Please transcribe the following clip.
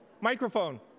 Microphone